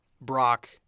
Brock